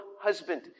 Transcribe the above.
husband